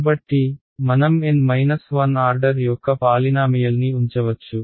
కాబట్టి మనం N 1 order యొక్క పాలినామియల్ని ఉంచవచ్చు